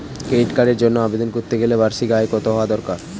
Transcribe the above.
Credit কার্ডের জন্য আবেদন করতে গেলে বার্ষিক আয় কত হওয়া দরকার?